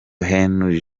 henri